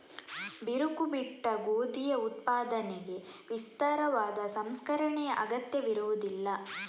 ಬಿರುಕು ಬಿಟ್ಟ ಗೋಧಿಯ ಉತ್ಪಾದನೆಗೆ ವಿಸ್ತಾರವಾದ ಸಂಸ್ಕರಣೆಯ ಅಗತ್ಯವಿರುವುದಿಲ್ಲ